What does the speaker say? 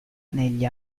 negli